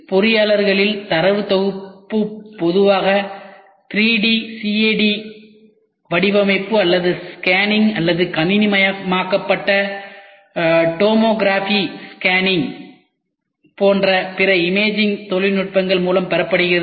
பொறியியலாளரில் தரவு தொகுப்பு பொதுவாக 3D CAD வடிவமைப்பு அல்லது ஸ்கேனிங் அல்லது கணினிமயமாக்கப்பட்ட டோமோகிராஃபி ஸ்கேனிங் போன்ற பிற இமேஜிங் தொழில்நுட்பங்கள் மூலம் பெறப்படுகிறது